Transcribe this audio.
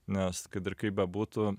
nes kad ir kaip bebūtų